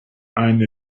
eine